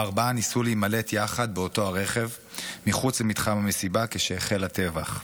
הארבעה ניסו להימלט יחד באותו הרכב מחוץ למתחם מסיבה כשהחל הטבח.